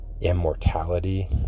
immortality